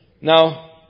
Now